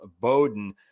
Bowden